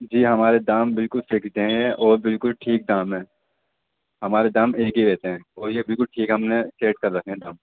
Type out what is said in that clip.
جی ہمارے دام بالکل فکسڈ ہیں اور بالکل ٹھیک دام ہیں ہمارے دام ایک ہی رہتے ہیں اور یہ بالکل ٹھیک ہم نے سیٹ کر رکھیں ہیں دام